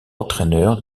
entraîneur